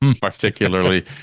particularly